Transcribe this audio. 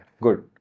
Good